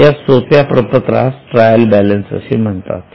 या सोप्या प्रपत्रास ट्रायल बॅलन्स असे म्हणतात